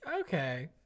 Okay